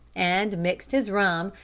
and mixed his rum,